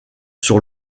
sur